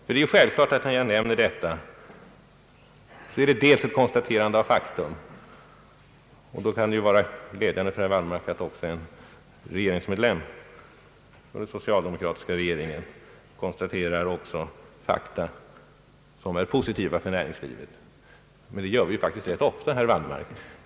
När jag nämner detta är det bara ett konstaterande av faktum, och det kan väl vara glädjande för herr Wallmark att också en medlem av den socialdemokratiska regeringen konstaterar fakta som är positiva för näringslivet; det gör vi faktiskt rätt ofta, herr Wallmark.